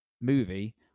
movie